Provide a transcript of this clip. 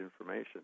information